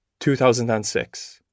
2006